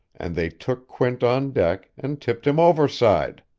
and they took quint on deck and tipped him overside.